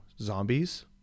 zombies